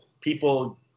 people